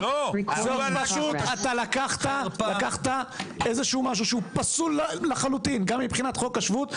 אתה לקחת איזשהו משהו שהוא פסול לחלוטין גם מבחינת חוק השבות,